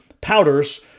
powders